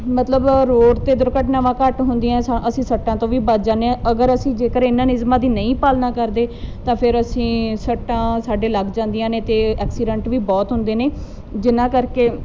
ਮਤਲਬ ਰੋਡ ਤੇ ਦੁਰਘਟਨਾਵਾਂ ਘੱਟ ਹੁੰਦੀਆਂ ਅਸੀਂ ਸੱਟਾਂ ਤੋਂ ਵੀ ਬਚ ਜਾਂਨੇ ਆ ਅਗਰ ਅਸੀਂ ਜੇਕਰ ਇਹਨਾਂ ਨਿਯਮਾਂ ਦੀ ਨਹੀਂ ਪਾਲਣਾ ਕਰਦੇ ਤਾਂ ਫਿਰ ਅਸੀਂ ਸੱਟਾਂ ਸਾਡੇ ਲੱਗ ਜਾਂਦੀਆਂ ਨੇ ਤੇ ਐਕਸੀਡੈਂਟ ਵੀ ਬਹੁਤ ਹੁੰਦੇ ਨੇ ਜਿਨਾਂ ਕਰਕੇ